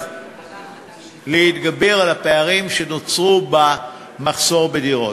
להתגבר על הפערים שנוצרו במלאי הדירות.